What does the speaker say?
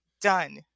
Done